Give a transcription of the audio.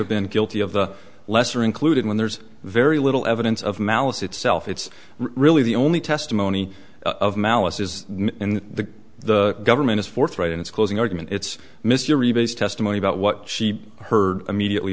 have been guilty of the lesser included when there's very little evidence of malice itself it's really the only testimony of malice is in the the government is forthright in its closing argument it's miss your rebids testimony about what she heard immediately